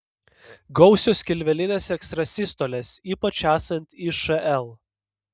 gausios skilvelinės ekstrasistolės ypač esant išl